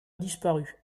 disparu